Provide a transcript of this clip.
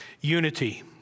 unity